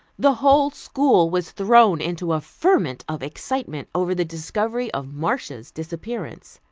the whole school was thrown into a ferment of excitement over the discovery of marcia's disappearance.